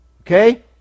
Okay